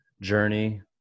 journey